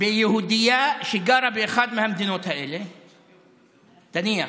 ביהודייה שגרה באחת מהמדינות האלה, תניח,